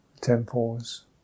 temples